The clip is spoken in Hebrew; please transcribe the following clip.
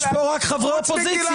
יש פה רק חברי אופוזיציה.